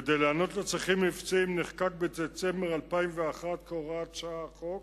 כדי לענות על הצרכים המבצעיים נחקק בדצמבר 2001 כהוראת שעה החוק